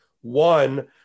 One